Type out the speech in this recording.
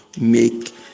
make